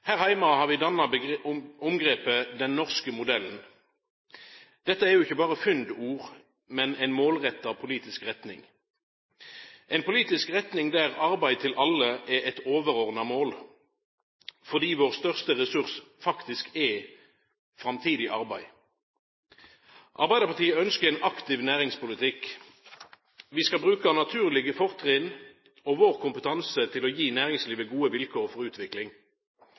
Her heime har vi danna omgrepet «den norske modellen». Dette er ikkje berre fyndord, men ei målretta politisk retning – ei politisk retning der arbeid til alle er eit overordna mål fordi vår største ressurs faktisk er framtidig arbeid. Arbeidarpartiet ønskjer ein aktiv næringspolitikk. Vi skal bruka naturlege fortrinn og vår kompetanse til å gi næringslivet gode vilkår for utvikling.